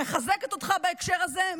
אני מחזקת אותך מאוד בהקשר הזה.